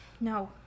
No